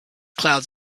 clouds